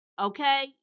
okay